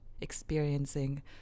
experiencing